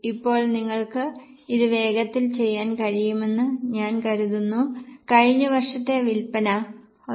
ഇപ്പോൾ നിങ്ങൾക്ക് ഇത് വേഗത്തിൽ ചെയ്യാൻ കഴിയുമെന്ന് ഞാൻ കരുതുന്നു കഴിഞ്ഞ വർഷത്തെ വിൽപ്പന 1